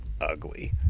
ugly